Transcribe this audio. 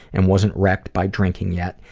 and wasn't wrecked by drinking yet,